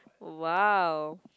!wow!